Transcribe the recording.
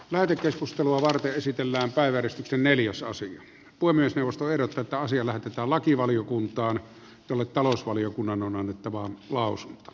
lähetekeskustelua varten esitellään päiväkeskuksen eli osasyy voi puhemiesneuvosto ehdottaa että asia lähetetään lakivaliokuntaan jolle talousvaliokunnan on annettava lausunto